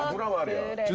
um out it